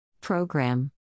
Program